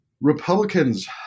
Republicans